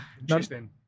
Interesting